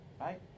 Right